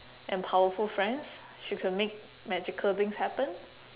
and powerful friends she can make magical things happen